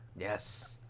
Yes